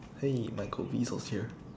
hey my was here